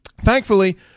Thankfully